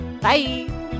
Bye